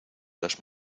las